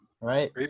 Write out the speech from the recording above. right